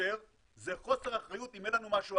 ביותר זה חוסר אחריות אם אין לנו משהו אחר.